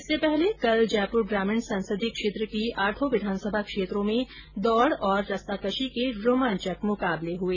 इससे पहले कल जयपुर ग्रामीण संसदीय क्षेत्र की आठों विधानसभा क्षेत्रों में दौड़ और रस्साकशी के रोमांचक मुकाबले हुए